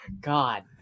God